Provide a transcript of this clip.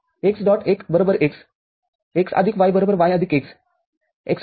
1 x x y y x x